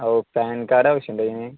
ഓ PAN card ആവശ്യമുണ്ടോ ഇതിന്